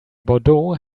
bordeaux